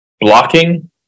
blocking